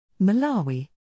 Malawi